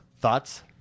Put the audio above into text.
Thoughts